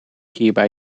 hierbij